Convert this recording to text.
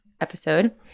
episode